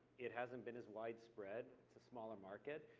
it hasn't been as widespread, it's a smaller market.